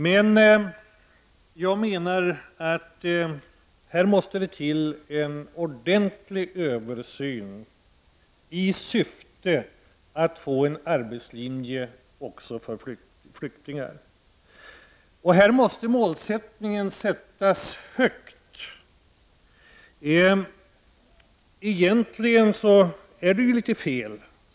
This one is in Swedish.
Men här måste till en ordentlig översyn i syfte att få en arbetslinje också för flyktingar. Här måste målet sättas högt.